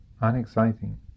unexciting